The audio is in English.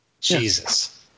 jesus